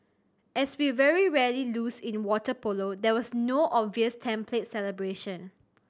as we very rarely lose in water polo there was no obvious template celebration